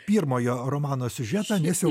pirmojo romano siužeto nes jau